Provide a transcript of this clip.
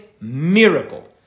miracle